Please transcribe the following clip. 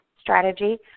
strategy